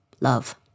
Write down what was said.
love